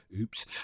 Oops